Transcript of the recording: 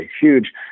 huge